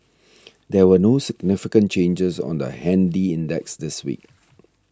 there were no significant changes on the handy index this week